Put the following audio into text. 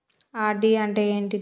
RD అంటే ఏంటిది?